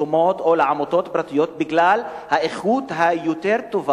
לעמותות פרטיות בגלל האיכות הטובה יותר,